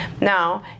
Now